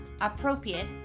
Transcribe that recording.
appropriate